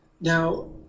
Now